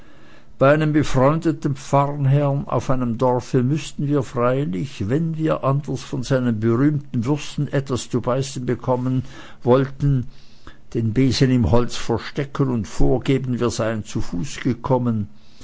bei einem befreundeten pfarrherrn auf einem dorfe müßten wir freilich wenn wir anders von seinen berühmten würsten etwas zu beißen bekommen wollten den besen im holze verstecken und vorgeben wir seien zu fuß gekommen